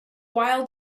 wild